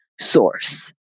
source